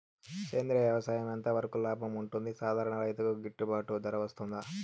సేంద్రియ వ్యవసాయం ఎంత వరకు లాభంగా ఉంటుంది, సాధారణ రైతుకు గిట్టుబాటు ధర వస్తుందా?